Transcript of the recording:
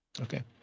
Okay